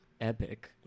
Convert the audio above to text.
epic